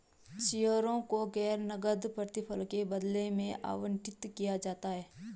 शेयरों को गैर नकद प्रतिफल के बदले में आवंटित किया जाता है